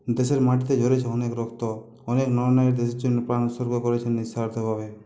দেশের মাটিতে ঝড়েছে অনেক রক্ত অনেক নরনারী দেশের জন্য প্রাণ উৎসর্গ করেছেন নিঃস্বার্থভাবে